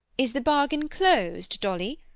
is the bargain closed, dolly?